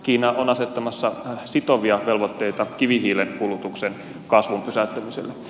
kiina on asettamassa sitovia velvoitteita kivihiilen kulutuksen kasvun pysäyttämiselle